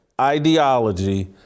ideology